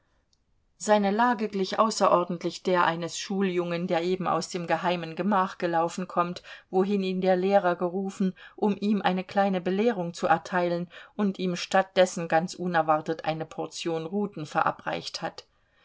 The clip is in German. seine lage glich außerordentlich der eines schuljungen der eben aus dem geheimen gemach gelaufen kommt wohin ihn der lehrer gerufen um ihm eine kleine belehrung zu erteilen und ihm statt dessen ganz unerwartet eine portion ruten verabreicht hat